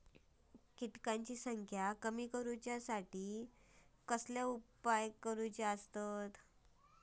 किटकांची संख्या कमी करुच्यासाठी कसलो उपाय करूचो?